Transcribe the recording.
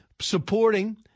supporting